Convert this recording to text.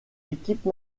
équipe